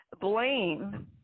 blame